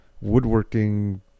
woodworking